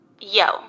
Yo